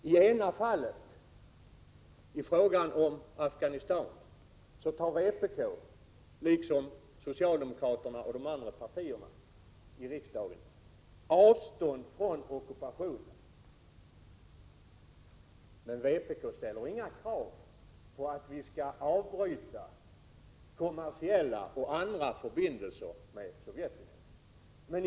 I frågan om Afghanistan tar vpk liksom socialdemokraterna och de andra partierna i den svenska riksdagen avstånd från ockupationen, men vpk ställer inga krav på att vi skall avbryta kommersiella och andra förbindelser med Sovjetunionen.